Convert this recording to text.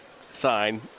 sign